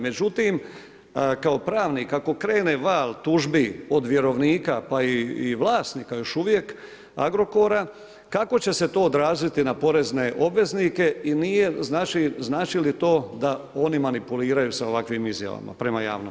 Međutim, kao pravnik, ako krene val tužbi od vjerovnika, pa i vlasnika još uvijek Agrokora, kako će se to odraziti na porezne obveznike i nije, znači, znači li to da oni manipuliraju s ovakvim izjavama, prema javnosti?